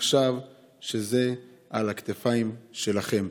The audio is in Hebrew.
עכשיו זה על הכתפיים שלכם.